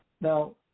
Now